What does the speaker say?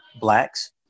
blacks